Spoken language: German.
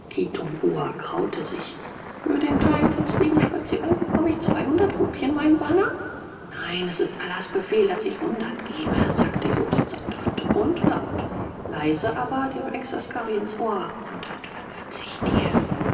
kraute sich für den kleinen kitzlichen spaziergang bekomme ich zweihundert rupien mein bana nein es ist allahs befehl daß ich hundert gebe sagte jobst sanft und laut leise aber dem exaskari ins ohr hundertfünfzig dir